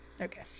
okay